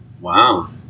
Wow